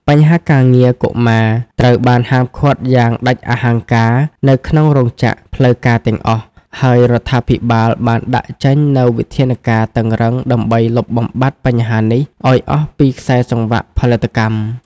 បញ្ហាការងារកុមារត្រូវបានហាមឃាត់យ៉ាងដាច់អហង្ការនៅក្នុងរោងចក្រផ្លូវការទាំងអស់ ហើយរដ្ឋាភិបាលបានដាក់ចេញនូវវិធានការតឹងរ៉ឹងដើម្បីលុបបំបាត់បញ្ហានេះឱ្យអស់ពីខ្សែសង្វាក់ផលិតកម្ម។